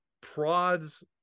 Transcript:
prods